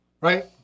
right